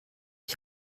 ich